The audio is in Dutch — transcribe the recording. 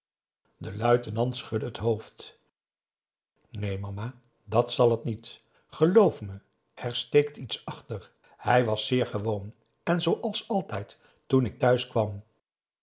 de luitenant schudde het hoofd neen mama dat zal het niet geloof me er steekt iets achter hij was zeer gewoon en zooals altijd toen ik